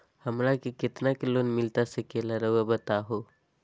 हमरा के कितना के लोन मिलता सके ला रायुआ बताहो?